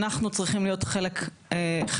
אנחנו צריכים להיות חלק מהפתרון,